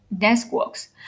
networks